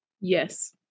Yes